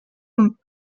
und